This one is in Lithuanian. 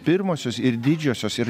pirmosios ir didžiosios ir